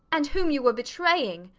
and whom you were betraying.